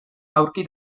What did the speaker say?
aurki